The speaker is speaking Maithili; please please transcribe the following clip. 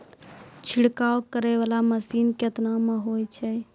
छिड़काव करै वाला मसीन केतना मे होय छै?